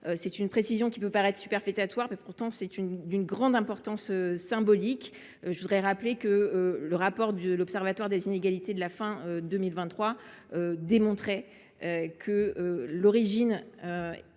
Cette précision, qui peut paraître superfétatoire, est d’une grande importance symbolique. Je rappelle que le rapport de l’Observatoire des inégalités de la fin de 2023 démontrait que l’origine était